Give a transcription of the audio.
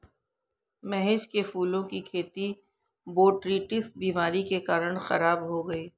महेश के फूलों की खेती बोटरीटिस बीमारी के कारण खराब हो गई